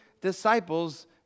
disciples